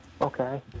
Okay